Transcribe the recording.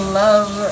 love